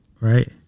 Right